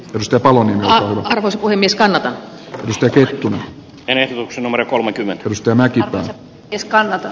rustopallo hall puhemies kanada pystyykö ensin numero kolmekymmentä tämäkin asia edes kannata